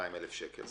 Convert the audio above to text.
200 אלף שקל.